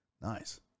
Nice